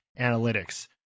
analytics